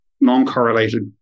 non-correlated